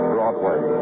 Broadway